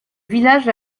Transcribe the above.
village